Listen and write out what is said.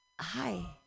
Hi